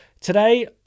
Today